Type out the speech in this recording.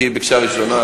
כי היא ביקשה ראשונה,